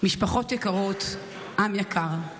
משפחות יקרות, עם יקר,